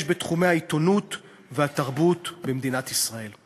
בתחומי העיתונות והתרבות במדינת ישראל.